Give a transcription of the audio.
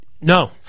No